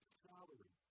salary